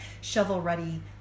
shovel-ready